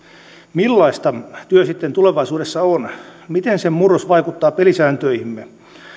millaista työ sitten tulevaisuudessa on miten sen murros vaikuttaa pelisääntöihimme